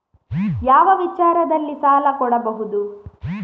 ಯಾವ ವಿಚಾರದಲ್ಲಿ ಸಾಲ ಕೊಡಬಹುದು?